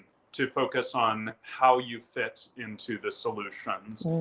to focus on how you fit into the solutions.